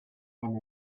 and